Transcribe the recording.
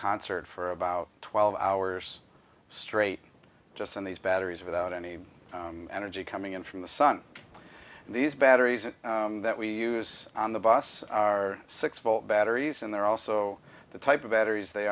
concert for about twelve hours straight just in these batteries without any energy coming in from the sun and these batteries that we use on the bus are six volt batteries and they're also the type of batteries